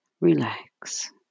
relax